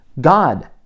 God